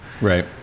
Right